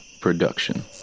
production